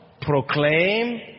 proclaim